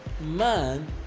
man